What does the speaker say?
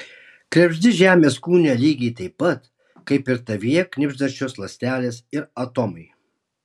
krebždi žemės kūne lygiai taip pat kaip ir tavyje knibždančios ląstelės ir atomai